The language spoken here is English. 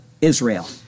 Israel